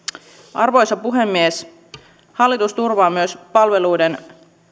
arvoisa puhemies hallitus turvaa myös palveluiden